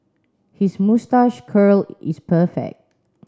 his moustache curl is perfect